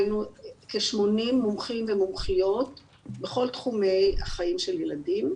היינו כ-80 מומחים ומומחיות בכל תחומי החיים של ילדים.